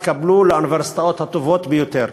התקבלו לאוניברסיטאות הטובות ביותר,